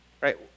Right